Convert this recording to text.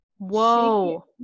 Whoa